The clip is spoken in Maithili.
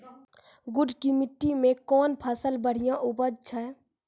गुड़ की मिट्टी मैं कौन फसल बढ़िया उपज छ?